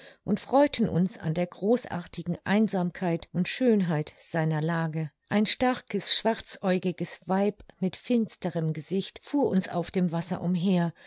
und freuten uns an der großartigen einsamkeit und schönheit seiner lage ein starkes schwarzäugiges weib mit finsterem gesicht fuhr uns auf dem wasser umher